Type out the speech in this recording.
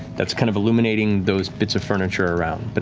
that's kind of illuminating those bits of furniture around. but